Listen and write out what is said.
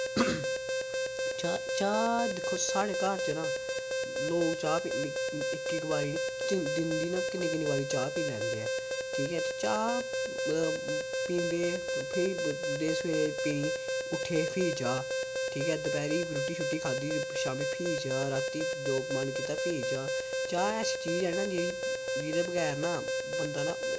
चाह् दिक्खो साढ़े घर च ना लोग चाह् पी इक इक बारी नी दिन दी नी किन्ने किन्ने बारी चाह् पी लैंदे ऐ ठीक ऐ चाह् पींदे ते फ्ही सवेरे उट्ठे फ्ही चाह् ठीक ऐ दपैह्री रुट्टी शुट्टी खाद्धी शाम्मी फ्ही चाह् राती जो मन कीता फ्ही चाह् चाह् ऐसी चीज ऐ ना जेह्ड़ी जेह्दे बगैर न बंदा ना